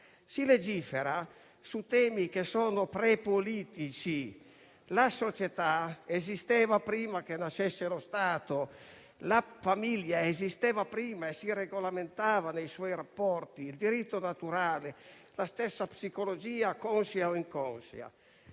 Si legifera su temi che sono prepolitici: la società esisteva prima della nascita dello Stato. La famiglia esisteva prima e si regolamentava nei suoi rapporti: penso al diritto naturale o alla stessa psicologia, conscia o inconscia.